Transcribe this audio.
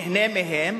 נהנה מהם,